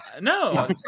no